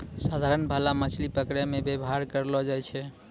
साधारण भाला मछली पकड़ै मे वेवहार करलो जाय छै